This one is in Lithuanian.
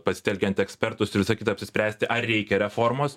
pasitelkiant ekspertus ir visa kita apsispręsti ar reikia reformos